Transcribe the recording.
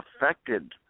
affected